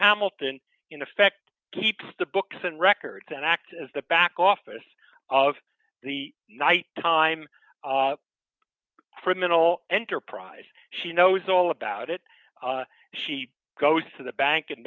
hamilton in effect keeps the books and records and act as the back office of the nighttime criminal enterprise she knows all about it she goes to the bank and